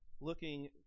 looking